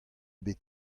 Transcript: bet